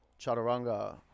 chaturanga